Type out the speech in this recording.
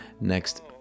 next